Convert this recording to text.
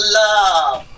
love